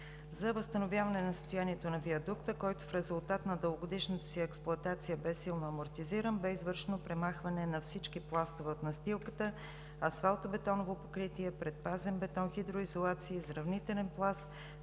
За възстановяване на състоянието на виадукта, който в резултат на дългогодишната си експлоатация бе силно амортизиран, бе извършено премахване на всички пластове от настилката, асфалтобетоново покритие, предпазен бетон, хидроизолация, изравнителен пласт,